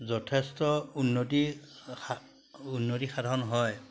যথেষ্ট উন্নতি উন্নতি সাধন হয়